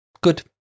Good